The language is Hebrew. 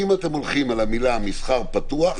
אם אתם הולכים על המילה מסחר פתוח,